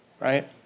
Right